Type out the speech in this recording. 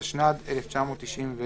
התשנ"ד 1994,